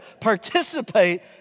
participate